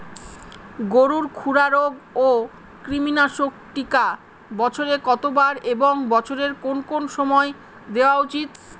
গরুর খুরা রোগ ও কৃমিনাশক টিকা বছরে কতবার এবং বছরের কোন কোন সময় দেওয়া উচিৎ?